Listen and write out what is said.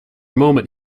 moment